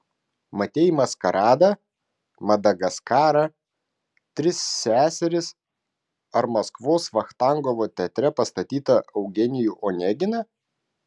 matei maskaradą madagaskarą tris seseris ar maskvos vachtangovo teatre pastatytą eugenijų oneginą